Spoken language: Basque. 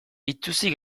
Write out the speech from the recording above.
itsusi